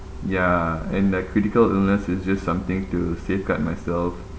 ya and the critical illness is just something to safeguard myself